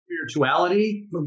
spirituality